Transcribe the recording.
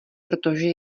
protože